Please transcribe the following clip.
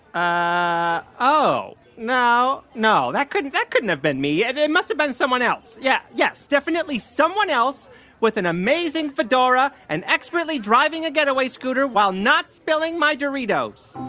ah oh, no, no. that couldn't that couldn't have been me. and it must have been someone else. yeah. yes, definitely someone else with an amazing fedora and expertly driving a getaway scooter while not spilling my doritos